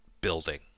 building